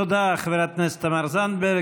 תודה, חברת הכנסת תמר זנדברג.